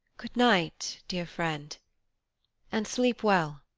good-night, dear friend and sleep well!